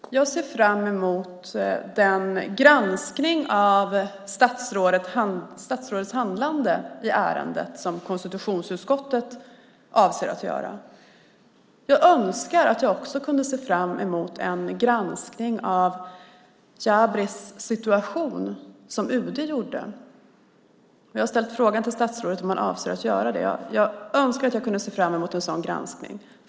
Herr talman! Jag ser fram emot den granskning av statsrådets handlande i ärendet som konstitutionsutskottet avser att göra. Jag önskar att jag också kunde se fram emot en UD-granskning av Jabris situation. Jag har ställt frågan till statsrådet om han avser att göra en sådan. Jag önskar att jag kunde se fram emot en sådan granskning.